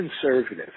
conservative